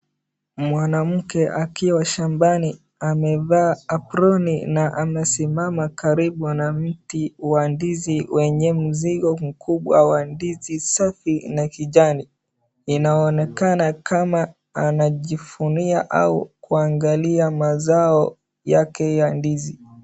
Mwanamke akiwa shambani, amevaa aproni na amesimama karibu na mti wa ndizi wenye mzigo mkubwa wa ndizi safi na kijani. Inaonekana kama anajifunia au kuangalia mazao yake ya ndizi.